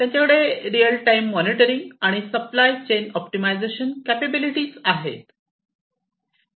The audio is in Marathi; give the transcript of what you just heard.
त्यांच्याकडे रिअल टाईम मॉनिटरिंग आणि सप्लाय चेन ऑप्टिमायझेशन कॅपेबिलीटि आहे